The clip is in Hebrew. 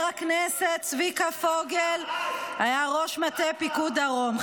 חבר הכנסת צביקה פוגל היה ראש מטה פיקוד דרום,